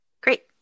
Great